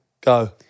Go